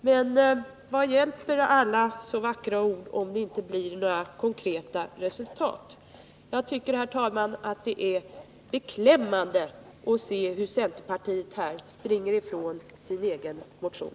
Men vad hjälper alla vackra ord om det inte blir några konkreta resultat? Jag tycker att det är beklämmande att se hur centerpartiet här springer ifrån sin egen motion.